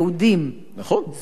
זה מופיע בחוקים?